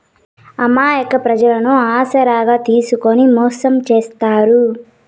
అమాయక ప్రజలను ఆసరాగా చేసుకుని మోసం చేత్తారు